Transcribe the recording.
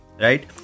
right